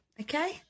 Okay